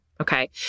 okay